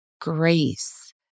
grace